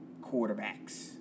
quarterbacks